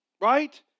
Right